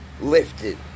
Lifted